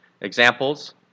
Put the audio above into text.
Examples